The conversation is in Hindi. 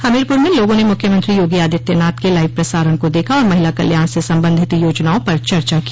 हमीरपुर में लोगों ने मुख्यमंत्री योगी आदित्यनाथ के लाइव प्रसारण को देखा और महिला कल्याण से संबंधित योजनाओं पर चर्चा की